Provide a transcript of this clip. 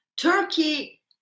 Turkey